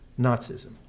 Nazism